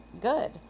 good